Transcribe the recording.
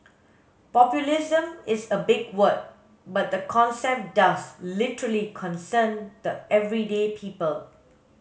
populism is a big word but the concept does literally concern the everyday people